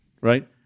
right